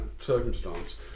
circumstance